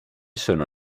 sono